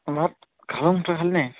ভাত খাম তই খালি নাই